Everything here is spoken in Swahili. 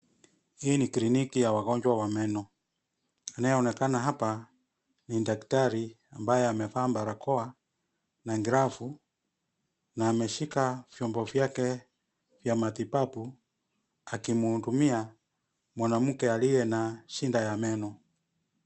Hii ni kliniki ya wagonjwa wa meno, anayeonekana hapa, ni daktari, ambaye amevaa barakoa, na glavu, na ameshika, vyombo vyake, vya matibabu, akimhudumia, mwanamke aliye na, shida ya meno.